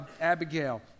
Abigail